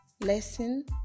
lesson